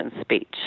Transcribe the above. speech